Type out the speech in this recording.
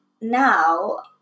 now